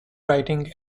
writing